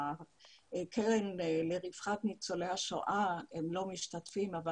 הקרן לרווחת ניצולי השואה שהם לא משתתפים בדיון אבל